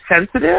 sensitive